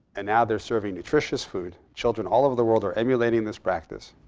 and now they're serving nutritious food. children all over the world are emulating this practice.